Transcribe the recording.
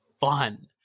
fun